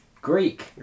Greek